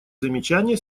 замечания